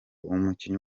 umukinnyi